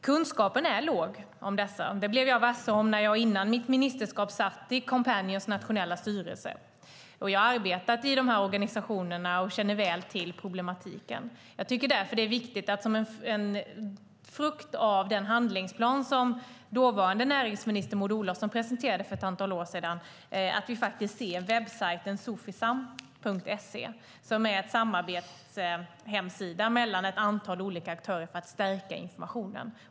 Kunskapen är liten om dessa företag. Det blev jag varse när jag innan jag blev minister satt i Coompanions nationella styrelse. Jag har arbetat i dessa organisationer och känner väl till problematiken. Jag tycker därför att det är viktigt, som en frukt av den handlingsplan som dåvarande näringsminister Maud Olofsson presenterade för ett antal år sedan, med webbsajten sofisam.se som är en hemsida för samarbete mellan ett antal olika aktörer för att stärka informationen.